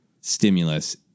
stimulus